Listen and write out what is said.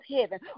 heaven